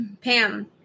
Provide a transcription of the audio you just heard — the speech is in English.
Pam